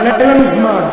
אבל אין לנו זמן,